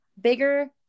bigger